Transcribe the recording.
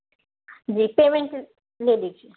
جی payment لے لیجیے